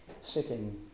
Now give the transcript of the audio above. sitting